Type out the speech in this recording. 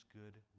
good